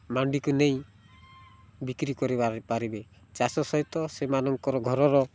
ମାଣ୍ଡିକୁ ନେଇ ବିକ୍ରି କରିପାରିବେ ଚାଷ ସହିତ ସେମାନଙ୍କର ଘରର